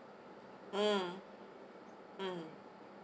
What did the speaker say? mm mm